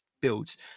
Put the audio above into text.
builds